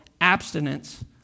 abstinence